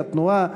התנועה,